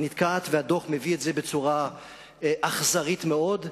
היא נתקעת, והדוח מציג את זה בצורה אכזרית מאוד.